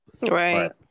right